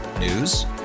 News